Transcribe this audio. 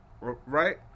right